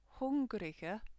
hungrige